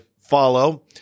follow